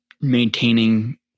maintaining